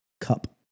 cup